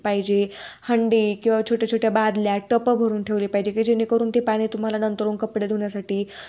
पाहिजे हंडी किंवा छोट्या छोट्या बादल्या टपं भरून ठेवली पाहिजे की जेणेकरून ते पाणी तुम्हाला नंतरून कपडे धुण्यासाठी